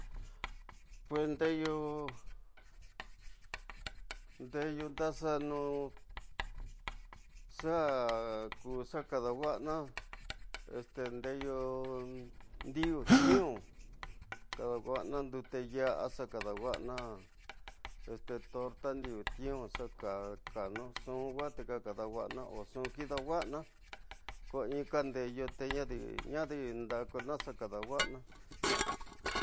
Pues ndeyu, ndeyu nda xa'anu xaa ku xa kada wasana, ndegandi wii ti’u kada’wasana ndete yoa, xa kada’wasana torta ndi wii ti’u xa ka kanu nxu watika kada’wasana onxu kida’wasana, ko inka ndeyu ñadi, ñada ndakunaxa kada wasana